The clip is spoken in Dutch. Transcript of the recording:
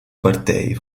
partij